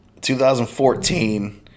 2014